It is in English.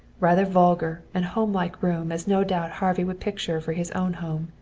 rather vulgar and homelike room as no doubt harvey would picture for his own home.